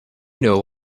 know